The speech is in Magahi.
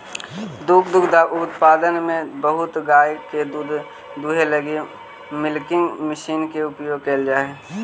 दुग्ध उत्पादन में बहुत गाय के दूध दूहे लगी मिल्किंग मशीन के उपयोग कैल जा हई